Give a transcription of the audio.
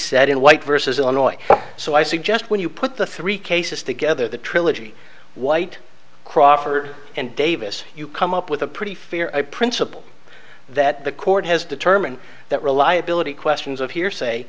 said in white versus illinois so i suggest when you put the three cases together the trilogy white crawford and davis you come up with a pretty fair principle that the court has determined that reliability questions of hearsay